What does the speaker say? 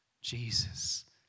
Jesus